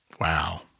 Wow